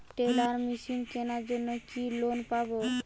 Teller machine কেনার জন্য কি লোন পাব?